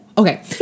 Okay